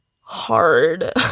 hard